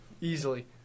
Easily